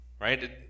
right